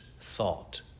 thought